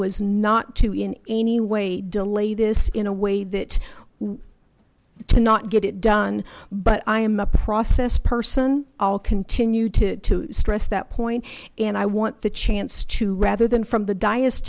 was not to in any way delay this in a way that to not get it done but i am a process person i'll continue to stress that point and i want the chance to rather than from the d